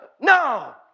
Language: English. No